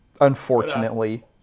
unfortunately